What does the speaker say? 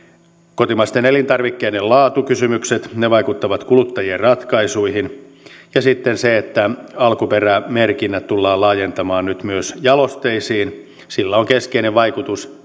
kotimaisten elintarvikkeiden laatukysymykset vaikuttavat kuluttajien ratkaisuihin ja sitten sillä että alkuperämerkinnät tullaan laajentamaan nyt myös jalosteisiin on keskeinen vaikutus